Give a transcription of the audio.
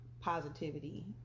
positivity